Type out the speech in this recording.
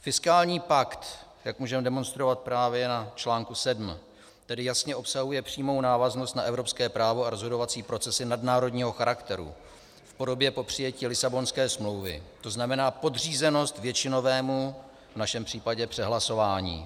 Fiskální pakt, jak můžeme demonstrovat právě na článku 7, tedy jasně obsahuje přímou návaznost na evropské právo a rozhodovací procesy nadnárodního charakteru v podobě po přijetí Lisabonské smlouvy, to znamená podřízenost většinovému, v našem případě přehlasování.